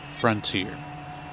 Frontier